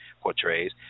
portrays